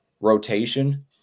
rotation